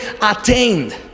attained